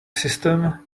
system